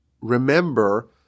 remember